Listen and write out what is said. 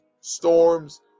storms